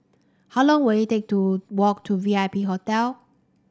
how long will it take to walk to V I P Hotel